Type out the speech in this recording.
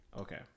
Okay